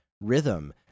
rhythm